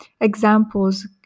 examples